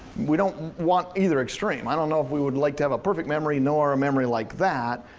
we don't want either extreme. i don't know if we would like to have a perfect memory nor a memory like that,